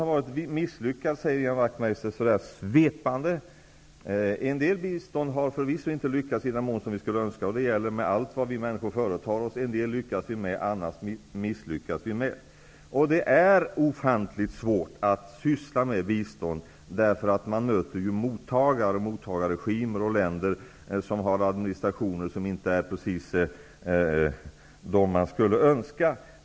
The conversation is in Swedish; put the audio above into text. Ian Wachtmeister säger svepande att biståndet har misslyckats. En del biståndsinsatser har förvisso inte lyckats i den mån vi skulle önska. Men det gäller allt vad vi människor företar oss. En del lyckas vi med, annat misslyckas vi med. Det är ofantligt svårt att syssla med bistånd. Man möter ju ofta regimer i mottagarländer vars administrationer lämnar mycket övrigt att önska.